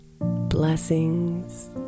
Blessings